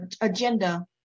agenda